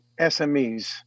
SMEs